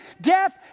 death